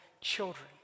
children